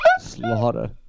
Slaughter